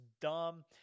dumb